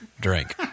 drink